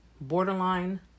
borderline